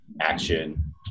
action